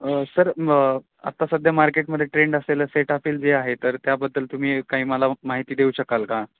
sir मग आत्ता सध्या मार्केटमध्ये ट्रेंड असलेल सेटाफील जे आहे तर त्याबद्दल तुम्ही काही मला माहिती देऊ शकाल का